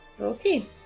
Okay